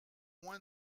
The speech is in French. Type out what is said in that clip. moins